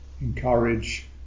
encourage